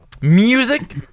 Music